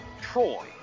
Troy